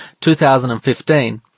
2015